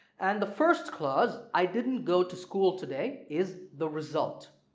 and the first clause i didn't go to school today is the result.